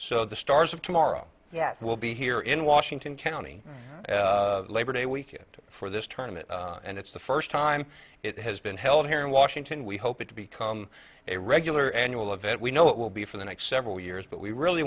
so the stars of tomorrow yes will be here in washington county labor day weekend for this tournament and it's the first time it has been held here in washington we hope it to become a regular annual event we know it will be for the next several years but we really